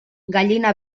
gallina